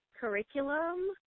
curriculum